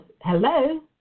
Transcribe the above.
Hello